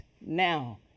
now